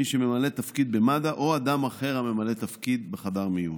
מי שממלא תפקיד במד"א או אדם אחר הממלא תפקיד בחדר מיון.